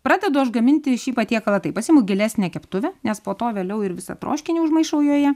pradedu aš gaminti šį patiekalą taip pasiimu gilesnę keptuvę nes po to vėliau ir visą troškinį užmaišau joje